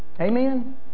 Amen